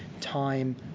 time